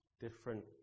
different